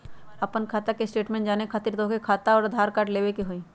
आपन खाता के स्टेटमेंट जाने खातिर तोहके खाता अऊर आधार कार्ड लबे के होइ?